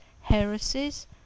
heresies